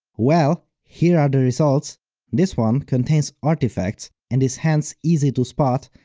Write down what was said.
well, here are the results this one contains artifacts and is hence easy to spot,